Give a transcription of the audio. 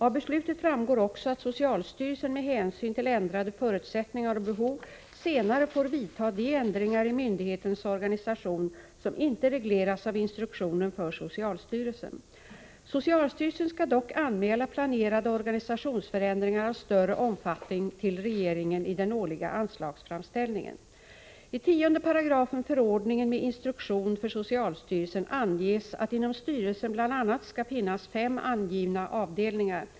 Av beslutet framgår också att socialstyrelsen med hänsyn till ändrade förutsättningar och behov senare får vidta de ändringar i myndighetens organisation som inte regleras av instruktionen för socialstyrelsen. Socialstyrelsen skall dock anmäla planerade organisationsförändringar av större omfattning till regeringen i den årliga anslagsframställningen. I 10 § förordningen med instruktion för socialstyrelsen anges att inom styrelsen bl.a. skall finnas fem angivna avdelningar.